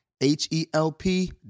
H-E-L-P